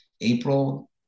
april